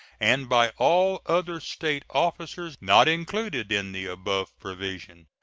and by all other state officers not included in the above provision.